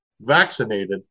vaccinated